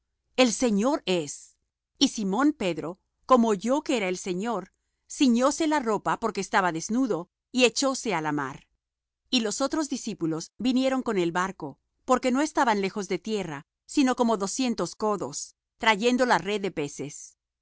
el señor es y simón pedro como oyó que era el señor ciñóse la ropa porque estaba desnudo y echóse á la mar y los otros discípulos vinieron con el barco porque no estaban lejos de tierra sino como doscientos codos trayendo la red de peces